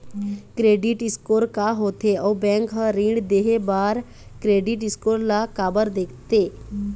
Credit score का होथे अउ बैंक हर ऋण देहे बार क्रेडिट स्कोर ला काबर देखते?